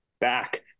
back